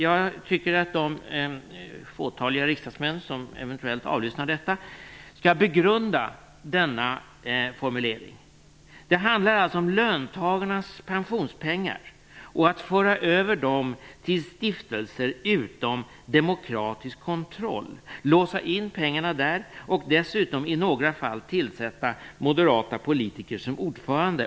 Jag tycker att de fåtal riksdagsmän som eventuellt avlyssnar detta skall begrunda denna formulering. Det handlar alltså om att föra över löntagarnas pensionspengar till stiftelser utom demokratisk kontroll - låsa in pengarna där - och dessutom att i några fall tillsätta moderata politiker som ordförande.